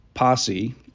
Posse